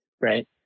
right